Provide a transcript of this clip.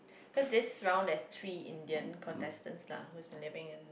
cause this round there is three Indian contestants lah that who has been living in